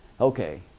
Okay